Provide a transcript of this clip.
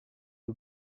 you